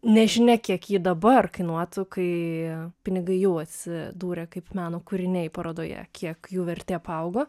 nežinia kiek ji dabar kainuotų kai tie pinigai jau atsidūrė kaip meno kūriniai parodoje kiek jų vertė paaugo